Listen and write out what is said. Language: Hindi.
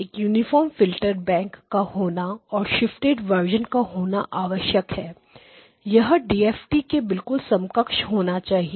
एक यूनिफार्म फिल्टर बैंक का होना और शिफ्टेड वर्जन का होना आवश्यक है यह DFT के बिल्कुल समकक्ष होना चाहिए